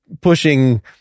pushing